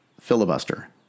filibuster